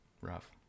rough